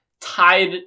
tied